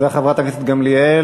תודה, חברת הכנסת גמליאל.